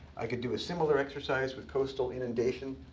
i could do a similar exercise with coastal inundation.